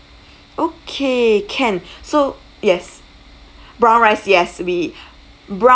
okay can so yes brown rice yes we